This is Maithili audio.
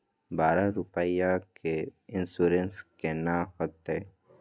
बारह रुपिया के इन्सुरेंस केना होतै?